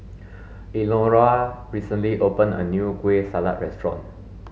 Elnora recently opened a new kueh salat restaurant